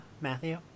Matthew